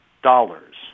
dollars